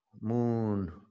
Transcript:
moon